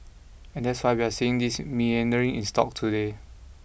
and that's why we're seeing this meandering in stocks today